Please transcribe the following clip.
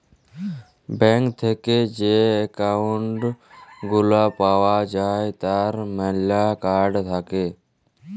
bank থেক্যে যে account গুলা পাওয়া যায় তার ম্যালা কার্ড থাক্যে